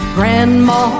Grandma